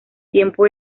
tiempo